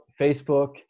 facebook